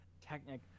Technic